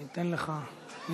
תודה לך,